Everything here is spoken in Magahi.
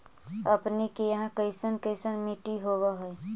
अपने के यहाँ कैसन कैसन मिट्टी होब है?